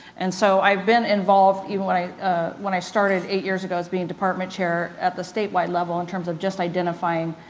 and so, i've been involved, even when i when i started eight years ago as being department chair, at the statewide level in terms of just identifying,